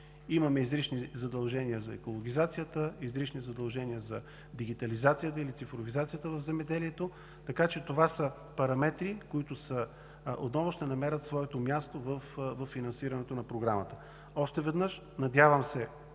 Имаме изрични задължения за екологизацията, изрични задължения за дигитализацията или цифровизацията в земеделието. Така че това са параметри, които отново ще намерят своето място във финансирането на Програмата. Още веднъж – надявам се